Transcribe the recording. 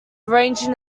arranging